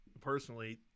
personally